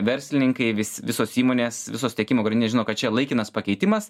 verslininkai vis visos įmonės visos tiekimo grandinės žino kad čia laikinas pakeitimas